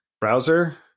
Browser